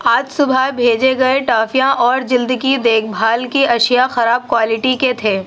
آج صبح بھیجے گئے ٹافیاں اور جلد کی دیکھ بھال کی اشیا خراب کوالٹی کے تھے